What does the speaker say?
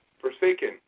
forsaken